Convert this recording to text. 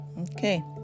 okay